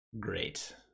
great